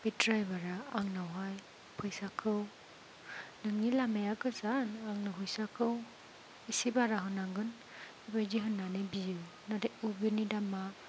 बे द्राइभारा आंनावहाय फैसाखौ नोंनि लामाया गोजान आंनो फैसाखौ एसे बारा हरनांगोन बेबायदि होननानै बियो नाथाय उबेरनि दामआ